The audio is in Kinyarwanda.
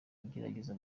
agerageza